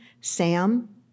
Sam